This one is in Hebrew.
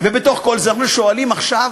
ובתוך כל זה, אנחנו שואלים עכשיו,